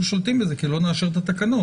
שולטים בזה כי לא נאשר את התקנות.